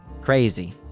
Crazy